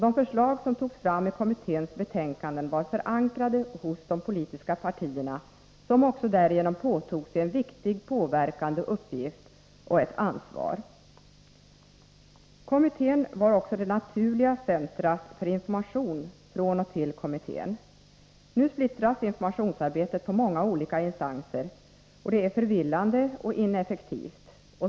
De förslag som togs fram i kommitténs betänkanden var förankrade hos de politiska partierna, som därigenom också påtog sig en viktig påverkande uppgift och ett ansvar. Kommittén var även ett naturligt centrum för information. Nu splittras informationsarbetet upp på många olika instanser. Det är förvirrande och ineffektivt.